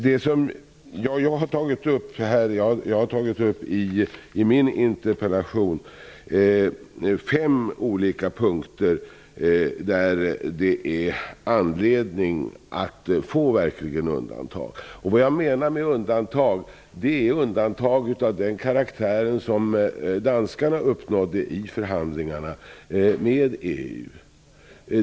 I min interpellation tar jag upp fem olika punkter där jag belyser områden som verkligen är viktiga att få undantag på. Med undantag menar jag undantag av den karaktär som danskarna uppnådde i förhandlingarna med EU.